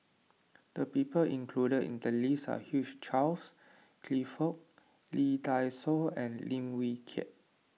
the people included in the list are Hugh Charles Clifford Lee Dai Soh and Lim Wee Kiak